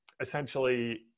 essentially